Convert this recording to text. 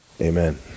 Amen